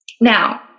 Now